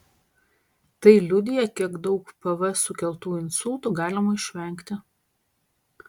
tai liudija kiek daug pv sukeltų insultų galima išvengti